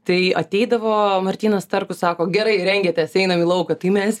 tai ateidavo martynas starkus sako gerai rengiatės einam į lauką tai mes